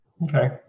Okay